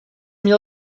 měl